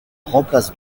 remplace